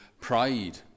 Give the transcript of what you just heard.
pride